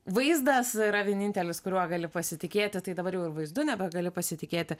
vaizdas yra vienintelis kuriuo gali pasitikėti tai dabar jau ir vaizdu nebegali pasitikėti